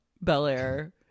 Bel-Air